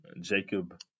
Jacob